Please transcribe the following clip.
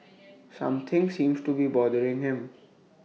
something seems to be bothering him